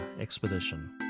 expedition